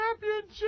Championship